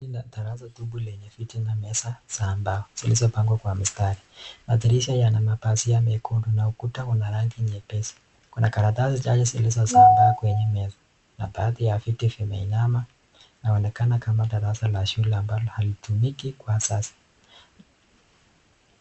Hili ni darasa tubu lenye viti na meza za mbao zilizopangwa kwa mistari na dirisha yana pasia mekundu na ukuta una rangi nyepesi, kuna karatasi chaje zilizozambaa kwenye meza na bahati ya viti vimeinama, inaonekana kama darasa la shule ambalo halitumiki kwa sasa.